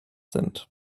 sind